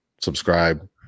subscribe